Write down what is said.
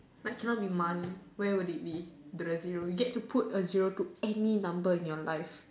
like cannot be money where would it be the zero you get to put a zero to any number in your life